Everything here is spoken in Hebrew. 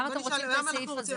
כן, למה אתם רוצים את הסעיף הזה.